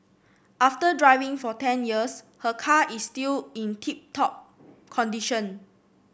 after driving for ten years her car is still in tip top condition